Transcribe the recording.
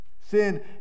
Sin